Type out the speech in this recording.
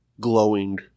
glowing